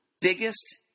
biggest